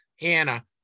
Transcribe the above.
Anna